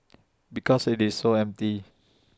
because IT is so empty